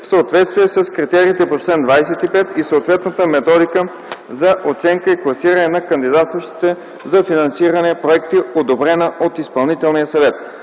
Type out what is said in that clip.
в съответствие с критериите по чл. 25 и съответната методика за оценка и класиране на кандидатстващите за финансиране проекти, одобрена от Изпълнителния съвет.